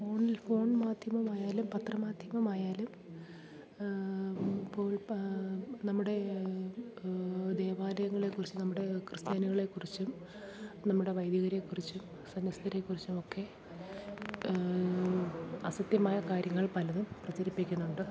ഫോണില് ഫോൺ മാധ്യമമായാലും പത്രമാധ്യമമായാലും ഇപ്പോൾ നമ്മുടേ ദേവാലയങ്ങളെ കുറിച്ച് നമ്മുടെ ക്രിസ്ത്യാനികളെ കുറിച്ചും നമ്മുടെ വൈദികരെ കുറിച്ചും സന്യസ്തരെ കുറിച്ചും ഒക്കെ അസത്യമായ കാര്യങ്ങൾ പലതും പ്രചരിപ്പിക്കുന്നുണ്ട്